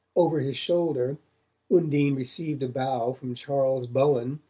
over his shoulder undine received a bow from charles bowen,